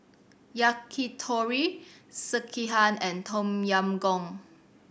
Yakitori Sekihan and Tom Yam Goong